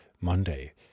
Monday